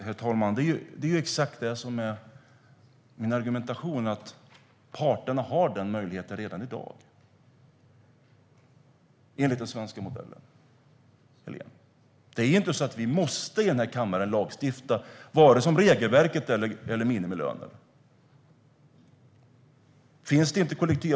Herr talman! Det är exakt det som är min argumentation: att parterna har den möjligheten redan i dag enligt den svenska modellen. Det är ju inte så att vi måste lagstifta om regelverk eller minimilöner i den här kammaren.